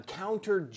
counter